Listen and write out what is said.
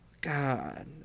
God